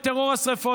את טרור השרפות.